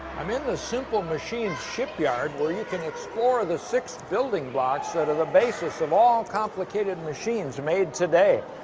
i'm in the simple machines shipyard, where you can explore the six building blocks that are the basis of all complicated machines made today.